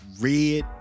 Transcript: red